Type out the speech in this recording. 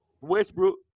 Westbrook